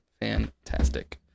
fantastic